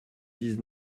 dix